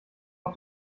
auf